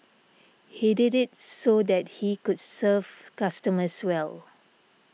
he did it so that he could serve customers well